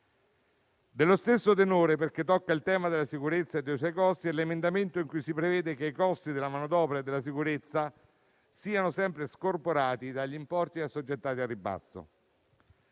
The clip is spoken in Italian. Dello stesso tenore, perché tocca il tema della sicurezza e dei suoi costi, è l'emendamento in cui si prevede che i costi della manodopera e della sicurezza siano sempre scorporati dagli importi assoggettati a ribasso.